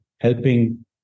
helping